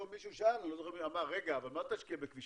מישהו שאל, אני לא זוכר מי, מה תשקיע בכבישים?